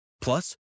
Plus